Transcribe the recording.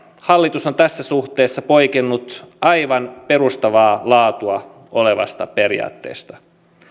hallitus on tässä suhteessa poikennut aivan perustavaa laatua olevasta periaatteesta